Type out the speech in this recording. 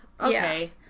Okay